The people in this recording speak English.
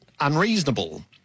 unreasonable